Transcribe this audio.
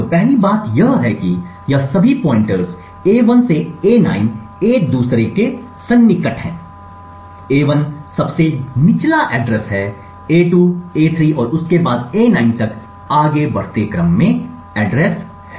तो पहली बात यह है कि यह सभी पॉइंटर्स a1से a9 एक दूसरे के सन्निकट हैं a1 सबसे निचला पता हैं a2 a3 और उसके बाद a9 तक आगे बढ़ते क्रम में है